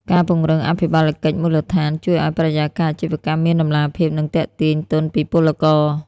ការពង្រឹង "អភិបាលកិច្ចមូលដ្ឋាន" ជួយឱ្យបរិយាកាសអាជីវកម្មមានតម្លាភាព និងទាក់ទាញទុនពីពលករ។